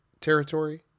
territory